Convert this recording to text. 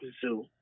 Zoo